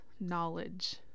knowledge